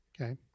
Okay